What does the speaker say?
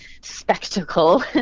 spectacle